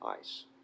ice